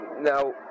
Now